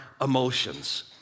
emotions